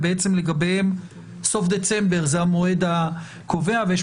ובעצם לגביהם סוף דצמבר זה המועד הקובע ושיש